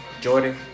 Jordan